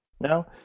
now